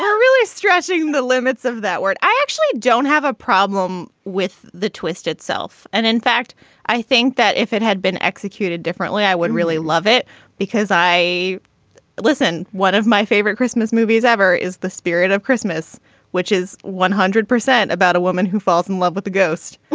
really stretching the limits of that word i actually don't have a problem with the twist itself and in fact i think that if it had been executed differently i would really love it because i listen. one of my favorite christmas movies ever is the spirit of christmas which is one hundred percent about a woman who falls in love with a ghost.